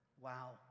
wow